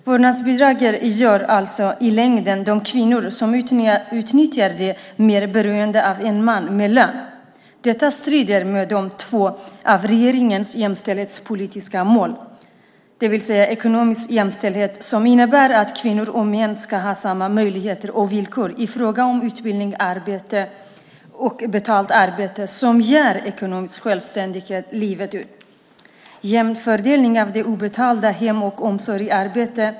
Vårdnadsbidraget gör alltså i längden de kvinnor som utnyttjar det mer beroende av en man med lön. Detta strider mot två av regeringens jämställdhetspolitiska mål. Det strider mot målet om ekonomisk jämställdhet, som innebär att kvinnor och män ska ha samma möjligheter och villkor i fråga om utbildning och betalt arbete som ger ekonomisk självständighet livet ut. Det strider också mot målet om jämn fördelning av det obetalda hem och omsorgsarbetet.